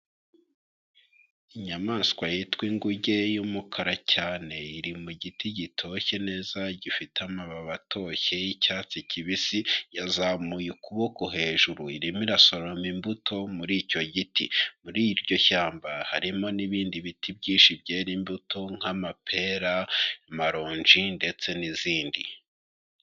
Inyamaswa yitwa inguge y'umukara cyane iri mu giti gitoshye neza gifite amababi atoshye y'icyatsi kibisi, yazamuye ukuboko hejuru irimo irasoroma imbuto muri icyo giti, muri iryo shyamba harimo n'ibindi biti byinshi byera imbuto nk'amapera amaronji ndetse n'izindi.